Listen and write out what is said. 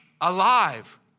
alive